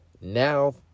now